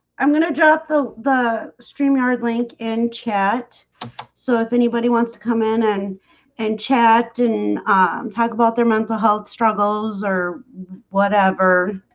i'm gonna drop the the stream yard link in chat so if anybody wants to come in and and chat and talk about their mental health struggles or whatever